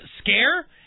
scare